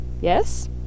yes